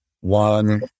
One